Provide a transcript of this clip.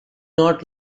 not